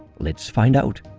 let's find out.